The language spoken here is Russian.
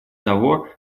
того